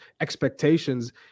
expectations